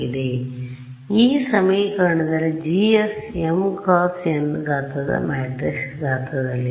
ಆದ್ದರಿಂದ ಈ ಸಮೀಕರಣದಲ್ಲಿ GS m × n ಗಾತ್ರದ ಮ್ಯಾಟ್ರಿಕ್ಸ್ ಗಾತ್ರದಲ್ಲಿದೆ